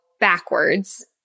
backwards